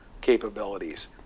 capabilities